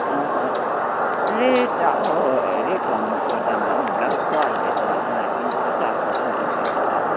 rate अब rate भन्नुपर्दामा ब्लाउजको अहिले त साँढे तिन सय चार सय पुगिसकेछ